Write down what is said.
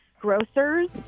grocers